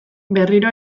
berriro